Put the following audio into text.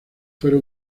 fuera